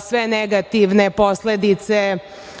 sve negativne posledice